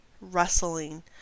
rustling